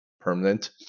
permanent